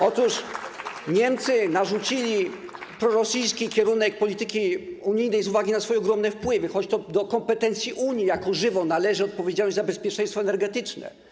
Otóż Niemcy narzucili prorosyjski kierunek polityki unijnej z uwagi na swoje ogromne wpływy, choć to do kompetencji Unii jako żywo należy odpowiedzialność za bezpieczeństwo energetyczne.